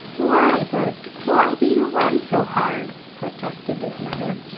why, bert, why do you run so hard? protested his mother.